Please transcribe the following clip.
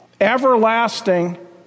Everlasting